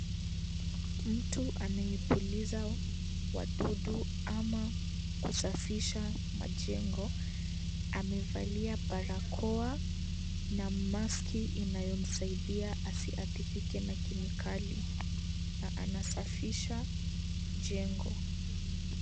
Mtu anayepuliza wadudu amakusafisha majengo amevalia barakoa na maski inayomsaidia asiathirike na kemikali na anasafisha jengo.